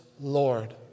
Lord